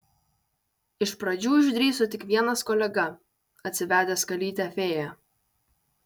iš pradžių išdrįso tik vienas kolega atsivedęs kalytę fėją